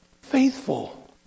faithful